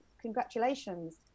Congratulations